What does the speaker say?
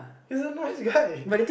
he's a nice guy